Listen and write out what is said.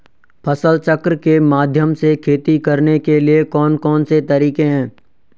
फसल चक्र के माध्यम से खेती करने के लिए कौन कौन से तरीके हैं?